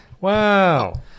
Wow